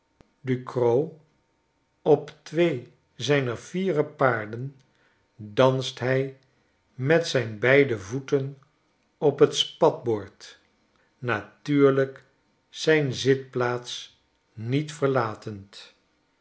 ducrow op twee zijner fiere paarden danst hij met zijne beide voeten op t spatbord natuurlijk zijn zitplaats niet verlatend